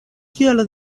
kiel